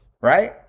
right